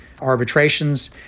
arbitrations